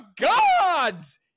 gods